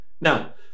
Now